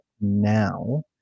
now